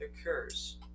occurs